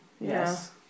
Yes